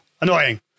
annoying